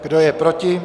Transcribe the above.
Kdo je proti?